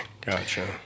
gotcha